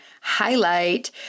highlight